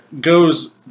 goes